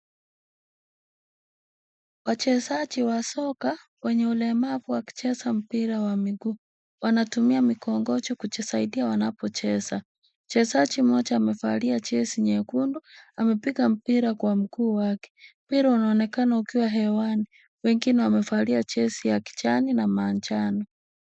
Wachezaji wa soka wenye ulemavu wakicheza mpira wa miguu wanatumia mikongojo wanapocheza. Mchezaji amevalia jezi nyekundu amepiga mpira kwa mguu wake. Mpira unaonekana ukiwa hewani, Wengine wamevalia jezi ya kijani na manjano.